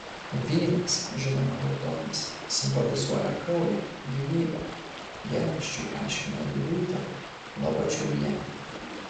vynas žinoma raudonas simbolizuoja kraują gyvybę dienraščiui aiškino viliūtė lobačiuvienė